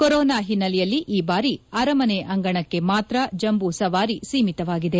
corona ಹಿನ್ನೆಲೆಯಲ್ಲಿ ಈ ಬಾರಿ ಅರಮನೆ ಅಂಗಣಕ್ಕೆ ಮಾತ್ರ ಜಂಬೂ ಸವಾರಿ ಸೀಮಿತವಾಗಿದೆ